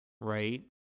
right